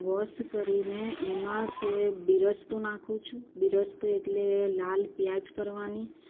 wash કરીને એમાં તે બિરસ્તો નાખું છું બિરસ્તો એટલે લાલ પ્યાજ કરવાની